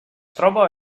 troba